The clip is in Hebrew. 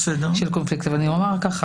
לקונפליקטים האלה.